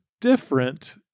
different